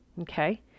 Okay